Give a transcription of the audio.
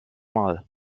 mal